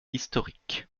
historique